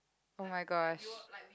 oh-my-gosh